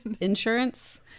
Insurance